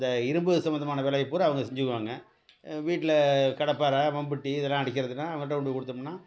இந்த இரும்பு சம்பந்தமான வேலை பூரா அவங்க செஞ்சுக்குவாங்க வீட்டில் கடப்பாரை மம்பட்டி இதெல்லாம் அடிக்கிறதுனா அவங்கள்ட்ட கொண்டு கொடுத்தோம்னா